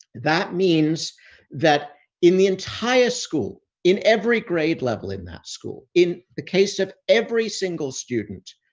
that means that in the entire school, in every grade level, in that school, in the case of every single student,